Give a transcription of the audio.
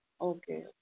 okay